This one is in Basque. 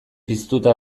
piztuta